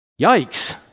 Yikes